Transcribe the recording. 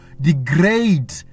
degrade